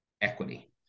equity